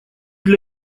для